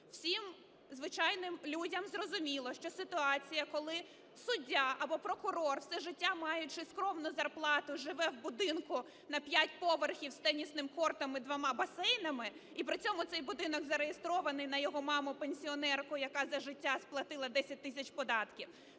Усім звичайним людям зрозуміло, що ситуація, коли суддя або прокурор все життя, маючи скромну зарплату, живе у будинку на п'ять поверхів із тенісним кортом і двома басейнами, і при цьому цей будинок зареєстрований на його маму-пенсіонерку, яка за життя сплатила 10 тисяч податків,